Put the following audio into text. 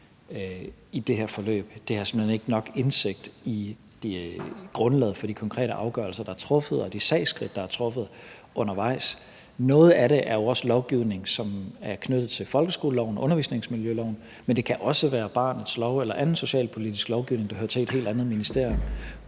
i det her forløb. Det har jeg simpelt hen ikke nok indsigt i grundlaget for de konkrete afgørelser, der er truffet, og de sagsskridt, der er taget undervejs, til. Noget af det er jo lovgivning, som er knyttet til folkeskoleloven og undervisningsmiljøloven, men det kan også være barnets lov eller anden socialpolitisk lovgivning, der hører til et helt andet ministerium.